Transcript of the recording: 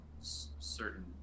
certain